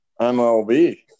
MLB